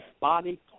body